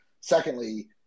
Secondly